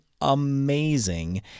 amazing